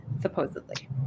supposedly